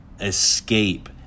escape